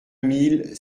mille